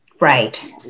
Right